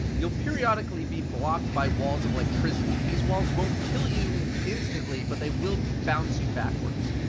you'll periodically be blocked by walls of electricity. these walls won't kill you instantly, but they will bounce you backwards.